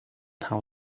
how